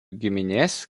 giminės